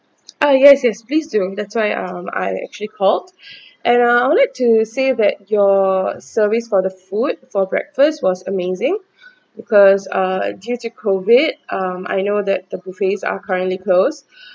ah yes yes please do that's why um I actually called and uh I would like to say that your service for the food for breakfast was amazing because uh due to COVID um I know that the buffets are currently close